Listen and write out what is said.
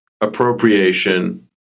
appropriation